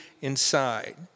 inside